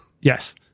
yes